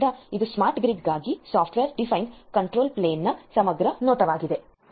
ಆದ್ದರಿಂದ ಇದು ಸ್ಮಾರ್ಟ್ ಗ್ರಿಡ್ಗಾಗಿ ಸಾಫ್ಟ್ವೇರ್ ಡಿಫೈನ್ಡ್ ಕಂಟ್ರೋಲ್ ಪ್ಲೇನ್ನ ಸಮಗ್ರ ನೋಟವಾಗಿದೆ